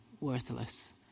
worthless